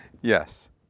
Yes